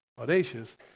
audacious